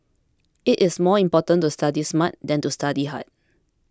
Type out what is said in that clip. it is more important to study smart than to study hard